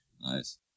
Nice